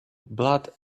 blood